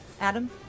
Adam